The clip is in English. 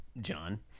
John